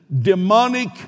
demonic